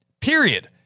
period